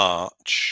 March